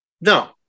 No